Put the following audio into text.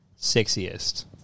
sexiest